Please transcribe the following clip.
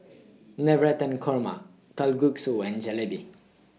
Navratan Korma Kalguksu and Jalebi